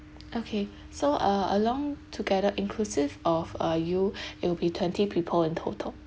okay so uh along together inclusive of uh you it'll be twenty people in total